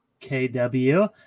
KW